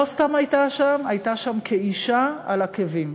לא סתם הייתה שם, הייתה שם כאישה על עקבים.